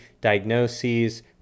diagnoses